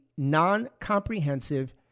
non-comprehensive